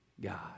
God